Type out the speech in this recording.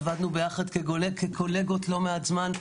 עבדנו יחד כקולגות לא מעט זמן.